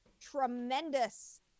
tremendous